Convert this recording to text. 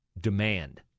demand